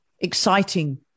exciting